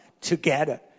together